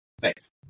Thanks